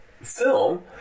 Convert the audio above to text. film